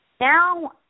now